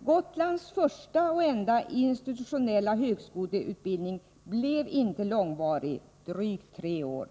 Gotlands första och enda institution för högskoleutbildning blev tyvärr inte gammal — drygt tre år.